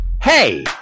hey